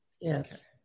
yes